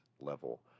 level